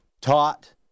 taught